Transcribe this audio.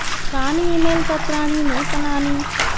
कानि ईमेल्पत्राणि नूतनानि